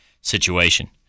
situation